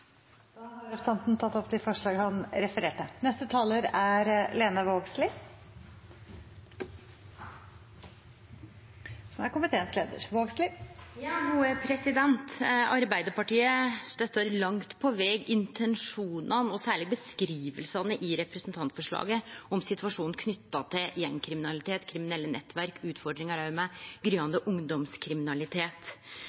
Da har representanten Per-Willy Amundsen tatt opp de forslagene han refererte til. Arbeidarpartiet støttar langt på veg intensjonane og særleg beskrivingane i representantforslaget, om situasjonen knytt til gjengkriminalitet, kriminelle nettverk, utfordringar med